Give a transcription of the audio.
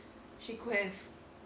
she could have